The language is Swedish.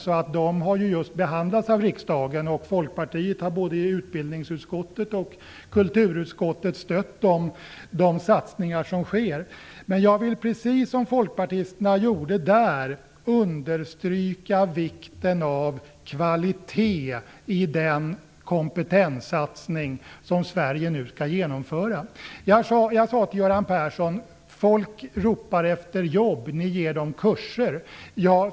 Frågorna har alltså just behandlats av riksdagen, och Folkpartiet har i både utbildnings och kulturutskottet stött de satsningar som sker. Men jag vill precis som folkpartisterna i dessa utskott understryka vikten av kvalitet i den kompetenssatsning som Sverige nu skall genomföra. Jag sade till Göran Persson att folk ropar efter jobb, men att Socialdemokraterna ger dem kurser.